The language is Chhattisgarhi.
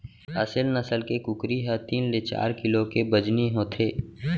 असेल नसल के कुकरी ह तीन ले चार किलो के बजनी होथे